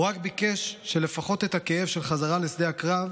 הוא רק ביקש שלפחות את הכאב של חזרה לשדה הקרב,